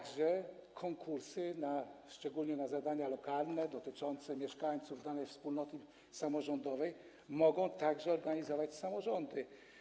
Konkursy, szczególnie na zadania lokalne, dotyczące mieszkańców danej wspólnoty samorządowej, mogą organizować także samorządy.